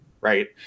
Right